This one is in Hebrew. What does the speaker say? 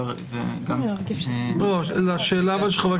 לגבי השאלה,